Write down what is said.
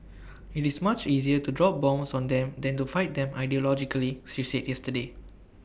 IT is much easier to drop bombs on them than to fight them ideologically she said yesterday